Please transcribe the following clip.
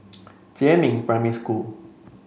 Jiemin Primary School